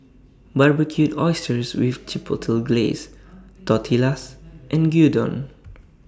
Barbecued Oysters with Chipotle Glaze Tortillas and Gyudon